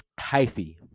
Hyphy